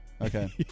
Okay